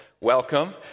welcome